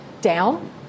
down